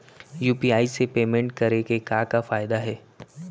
UPI से payment करे के का का फायदा हे?